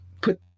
put